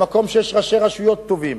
למקום שיש בו ראשי רשויות טובים,